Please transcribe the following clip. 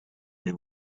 they